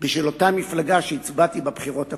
בשביל אותה מפלגה שהצבעתי לה בבחירות הקודמות.